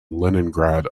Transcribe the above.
leningrad